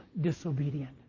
disobedient